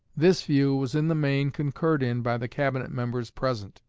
this view was in the main concurred in by the cabinet members present,